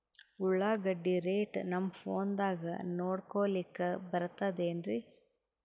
ಉಳ್ಳಾಗಡ್ಡಿ ರೇಟ್ ನಮ್ ಫೋನದಾಗ ನೋಡಕೊಲಿಕ ಬರತದೆನ್ರಿ?